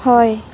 হয়